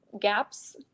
gaps